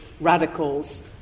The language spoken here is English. radicals